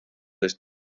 ist